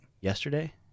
Yesterday